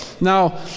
Now